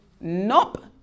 nope